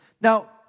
Now